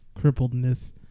crippledness